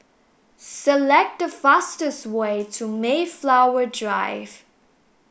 select the fastest way to Mayflower Drive